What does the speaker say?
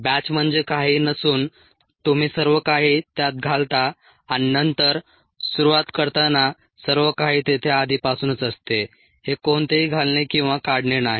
batch म्हणजे काहीही नसून तुम्ही सर्व काही त्यात घालता आणि नंतर सुरुवात करताना सर्व काही तेथे आधीपासूनच असते हे कोणतेही घालणे किंवा काढणे नाही